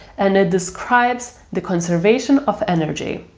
and it describes the conservation of energy.